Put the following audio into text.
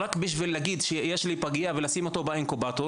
רק כדי להגיד שיש לי פגייה ולשים אותו באינקובטור,